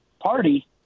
party